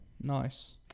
Nice